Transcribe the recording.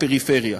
הפריפריה.